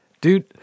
Dude